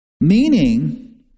Meaning